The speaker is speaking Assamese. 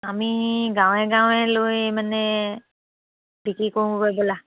আমি গাঁৱে গাঁৱে লৈ মানে বিক্ৰী কৰোঁ গৈ বোলা